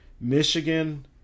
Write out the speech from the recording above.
Michigan